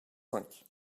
cinq